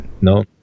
no